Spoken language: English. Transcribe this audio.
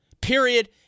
Period